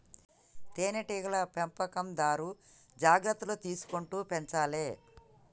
తేనె టీగల పెంపకందారు జాగ్రత్తలు తీసుకుంటూ పెంచాలే